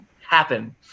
happen